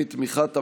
בתמיכת הממשלה,